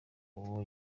uwo